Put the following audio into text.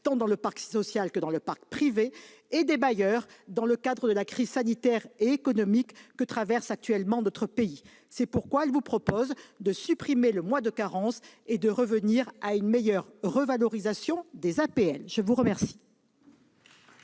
tant dans le parc social que dans le parc privé, et des bailleurs dans le cadre de la crise sanitaire et économique que traverse actuellement notre pays. C'est pourquoi elle vous propose de supprimer le mois de carence et de revenir à une meilleure revalorisation des APL. La parole